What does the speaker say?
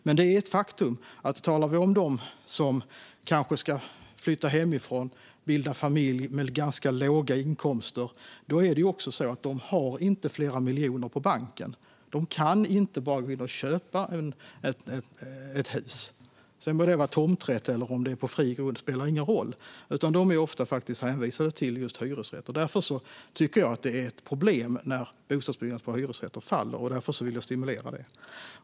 Men faktum är att de som kanske ska flytta hemifrån och bilda familj och som har ganska låga inkomster inte har flera miljoner på banken. De kan inte bara köpa sig ett hus. Det må vara på tomträtt eller på fri grund; det spelar ingen roll. De är ofta i stället hänvisade till hyresrätter, och därför tycker jag att det är ett problem när byggandet av hyresrätter faller och vill därför stimulera det.